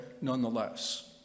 nonetheless